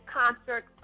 concert